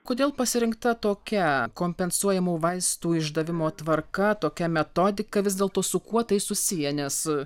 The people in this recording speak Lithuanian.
kodėl pasirinkta tokia kompensuojamų vaistų išdavimo tvarka tokia metodika vis dėlto su kuo tai susiję nes